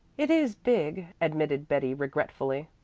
it is big, admitted betty regretfully,